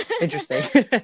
Interesting